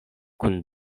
kun